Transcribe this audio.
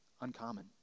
uncommon